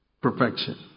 perfection